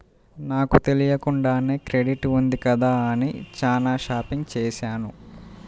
నాకు తెలియకుండానే క్రెడిట్ ఉంది కదా అని చానా షాపింగ్ చేశాను